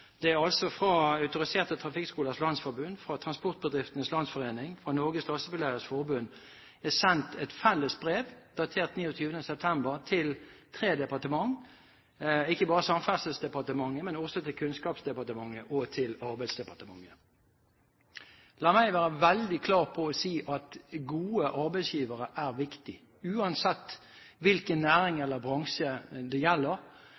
sendt et fellesbrev datert 29. september 2010 til tre departementer, ikke bare til Samferdselsdepartementet, men også til Kunnskapsdepartementet og til Arbeidsdepartementet. La meg være veldig klar på å si at gode arbeidsgivere er viktig. Uansett hvilken næring eller bransje det gjelder,